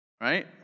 right